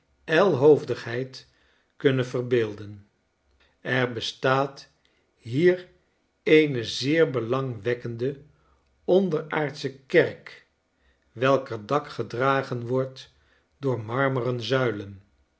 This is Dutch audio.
ylhoofdigheid kunnen verbeelden er bestaat hier eene zeer beiangwekkende onderaardsche kerk weaker dak gedragen wordt door marmeren zuilen